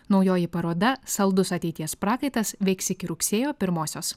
naujoji paroda saldus ateities prakaitas veiks iki rugsėjo pirmosios